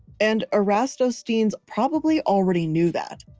and eratosthenes probably already knew that.